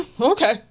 okay